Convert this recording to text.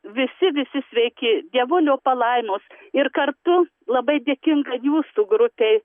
visi visi sveiki dievulio palaimos ir kartu labai dėkinga jūsų grupei